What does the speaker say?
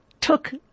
took